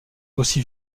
aussi